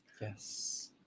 Yes